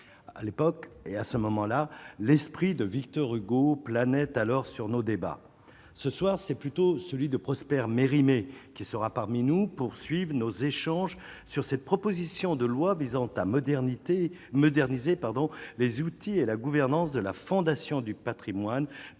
à l'époque et à ce moment-là, l'esprit de Victor Hugo, planète alors sur nos débats ce soir, c'est plutôt celui de Prosper Mérimée qui sera parmi nous poursuivons nos échanges sur cette proposition de loi visant à modernité moderniser, pardon, les outils et la gouvernance de la Fondation du Patrimoine